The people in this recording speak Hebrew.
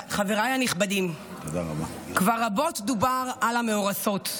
חבריי הנכבדים, כבר רבות דובר על המאורסות,